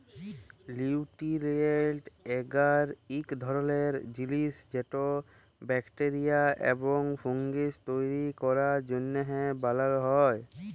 লিউটিরিয়েল্ট এগার ইক ধরলের জিলিস যেট ব্যাকটেরিয়া এবং ফুঙ্গি তৈরি ক্যরার জ্যনহে বালাল হ্যয়